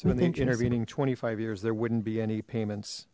in the intervening twenty five years there wouldn't be any payments